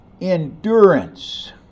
endurance